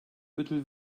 ödül